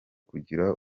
kugira